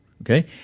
okay